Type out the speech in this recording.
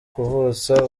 kuvutsa